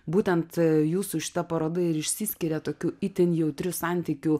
būtent jūsų šita paroda ir išsiskiria tokiu itin jautriu santykiu